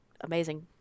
amazing